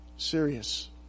Serious